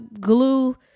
glue